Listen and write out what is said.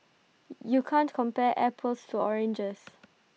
you can't compare apples to oranges